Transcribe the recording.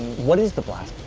what is the blast